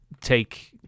take